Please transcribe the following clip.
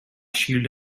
shield